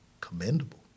commendable